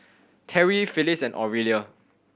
Terrie Phillis and Aurelia